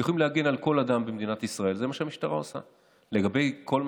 אני משתדל להיות יסודי, והגעתי למקום